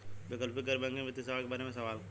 वैकल्पिक गैर बैकिंग वित्तीय सेवा के बार में सवाल?